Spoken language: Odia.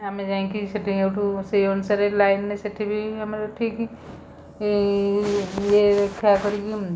ଆମେ ଯାଇଁକି ସେଟେଇଁ ସେଉଟୁ ସେଇ ଅନୁସାରେ ଲାଇନ୍ରେ ସେଇଠି ବି ଆମର ଠିକ୍ ଇଏରେ ଠିଆ କରିକି